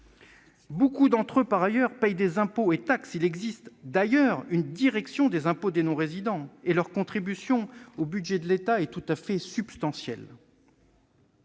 pays. Nombre de ces Français paient des impôts et taxes- il existe d'ailleurs une direction des impôts des non-résidents -et leur participation au budget de l'État est tout à fait substantielle.